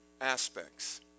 aspects